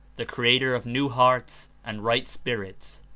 the creator of new hearts and right spirits,